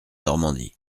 normandie